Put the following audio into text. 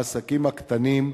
העסקים הקטנים,